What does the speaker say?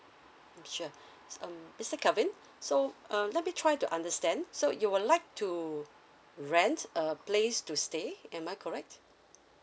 sure s~ um mister calvin so um let me try to understand so you would like to rent a place to stay am I correct